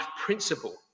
principle